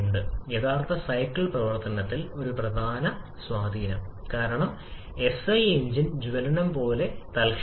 ഈ 3 'പീക്ക് മർദ്ദത്തിനും ഒപ്പം ഞാൻ നേരത്തെ സൂചിപ്പിച്ചതുപോലെ താപനില